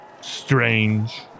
strange